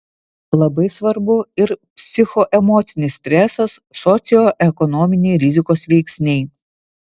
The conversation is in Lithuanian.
labai svarbu ir psichoemocinis stresas socioekonominiai rizikos veiksniai